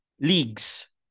leagues